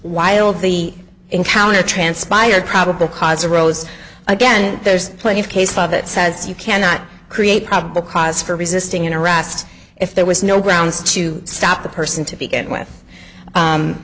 while the encounter transpired probable cause arose again there's plenty of case law that says you cannot create probable cause for resisting arrest if there was no grounds to stop the person to begin with